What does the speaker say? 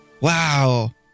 wow